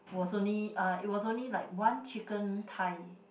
was only uh it was only like one chicken thigh